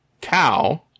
cow